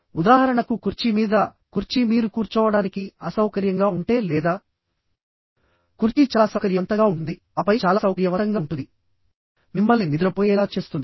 ఉదాహరణకు కుర్చీ మీద కుర్చీ మీరు కూర్చోవడానికి అసౌకర్యంగా ఉంటే లేదా కుర్చీ చాలా సౌకర్యవంతంగా ఉంటుంది ఆపై చాలా సౌకర్యవంతంగా ఉంటుంది మిమ్మల్ని నిద్రపోయేలా చేస్తుంది